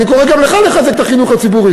ואני קורא גם לך לחזק את החינוך הציבורי.